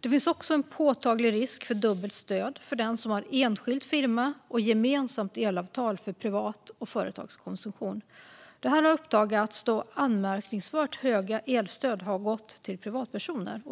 Det finns också en påtaglig risk för dubbelt stöd till den som har enskild firma och gemensamt elavtal för privat och företagskonsumtion. Detta har uppdagats då anmärkningsvärt höga elstöd har gått till privatpersoner.